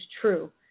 true